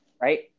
right